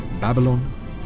Babylon